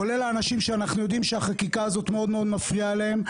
כולל האנשים שאנחנו יודעים שהחקיקה הזאת מאוד מאוד מפריעה להם,